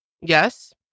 Yes